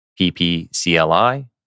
PPCLI